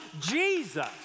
Jesus